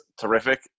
terrific